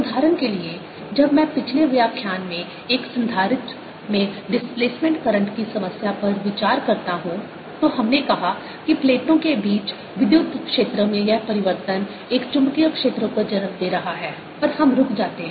उदाहरण के लिए जब मैं पिछले व्याख्यान में एक संधारित्र में डिस्प्लेसमेंट करंट की समस्या पर विचार करता हूं तो हमने कहा कि प्लेटों के बीच विद्युत क्षेत्र में यह परिवर्तन एक चुंबकीय क्षेत्र को जन्म दे रहा है और हम रुक जाते हैं